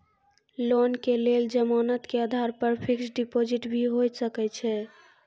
Loan के लेल जमानत के आधार पर फिक्स्ड डिपोजिट भी होय सके छै?